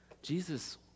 Jesus